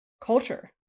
culture